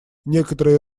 некоторые